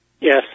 Yes